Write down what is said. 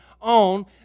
on